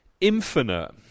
infinite